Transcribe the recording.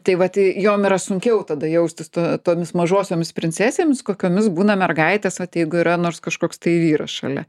tai vat i jom yra sunkiau tada jaustis to tomis mažosiomis princesėmis kokiomis būna mergaitės vat jeigu yra nors kažkoks tai vyras šalia